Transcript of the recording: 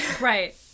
right